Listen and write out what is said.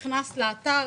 נכנס לאתר,